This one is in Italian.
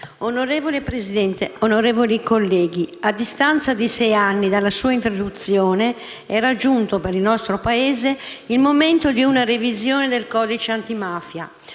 Signora Presidente, onorevoli colleghi, a distanza di sei anni dalla sua introduzione, era giunto per il nostro Paese il momento di una revisione del codice antimafia,